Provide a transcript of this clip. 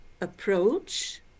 approach